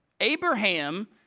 Abraham